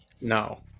No